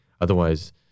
Otherwise